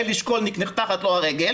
נחתכת הרגל